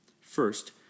First